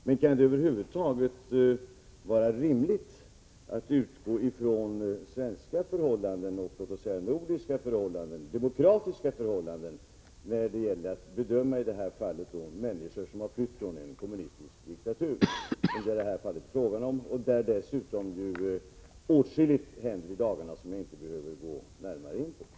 Men är det över huvud taget rimligt att utgå från svenska eller nordiska förhållanden, dvs. demokratiska förhållanden, när det gäller att bedöma fall där människor har flytt från en kommunistisk diktatur, där dessutom åtskilligt händer i dagarna som jag inte behöver gå närmare in på?